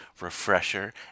refresher